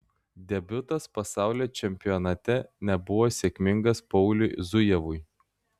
debiutas pasaulio čempionate nebuvo sėkmingas pauliui zujevui